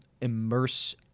immerse